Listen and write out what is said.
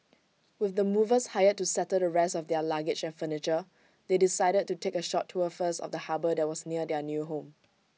with the movers hired to settle the rest of their luggage and furniture they decided to take A short tour first of the harbour that was near their new home